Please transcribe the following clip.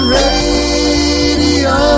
radio